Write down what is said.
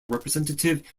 representative